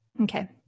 Okay